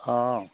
অঁ